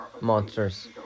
monsters